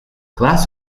glass